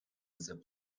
zip